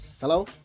Hello